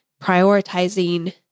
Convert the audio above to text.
prioritizing